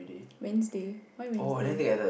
Wednesday why Wednesday